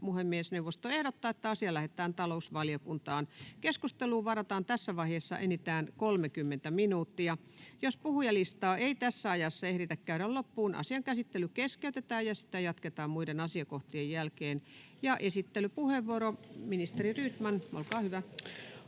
8. asia. Puhemiesneuvosto ehdottaa, että asia lähetetään talousvaliokuntaan. Keskusteluun varataan tässä vaiheessa enintään 30 minuuttia. Jos puhujalistaa ei tässä ajassa ehditä käydä loppuun, asian käsittely keskeytetään ja sitä jatketaan muiden asiakohtien jälkeen. — Esittelypuheenvuoro, ministeri Rydman, olkaa hyvä.